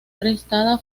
arrestada